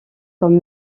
comme